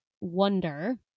wonder